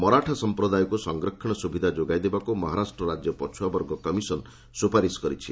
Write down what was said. ମରାଠା ସମ୍ପ୍ରଦାୟକୁ ସଂରକ୍ଷଣ ସୁବିଧା ଯୋଗାଇ ଦେବାକୁ ମହାରାଷ୍ଟ୍ର ରାଜ୍ୟ ପଛୁଆ ବର୍ଗ କମିଶନ ସୁପାରିଶ କରିଛି